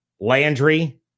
Landry